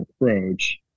approach